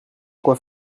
quoi